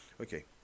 okay